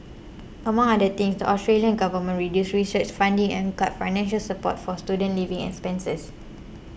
among other things the Australian government reduced research funding and cut financial support for student living expenses